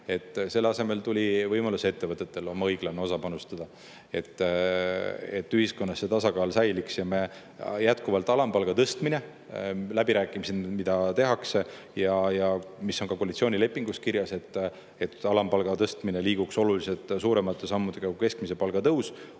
Selle asemel tuli võimalus ettevõtetel oma õiglane osa panustada, et ühiskonnas see tasakaal säiliks. Alampalga tõstmine – läbirääkimisi [peetakse] ja see on ka koalitsioonilepingus kirjas, et alampalga tõstmine liiguks oluliselt suuremate sammudega kui keskmise palga tõus